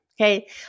okay